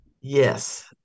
Yes